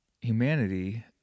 humanity